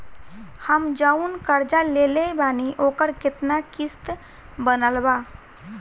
हम जऊन कर्जा लेले बानी ओकर केतना किश्त बनल बा?